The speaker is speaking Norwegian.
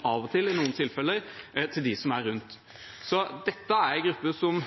av og til, i noen tilfeller, også går ut over og utfordrer livskvaliteten til dem som er rundt. Dette er en gruppe som